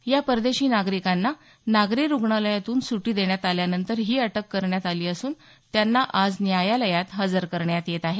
या परदेशी नागरिकांना नागरी रुग्णालयातून सुटी देण्यात आल्यानंतर ही अटक करण्यात आली असून त्यांना आज न्यायालयात हजर करण्यात येत आहे